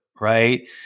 right